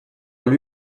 lui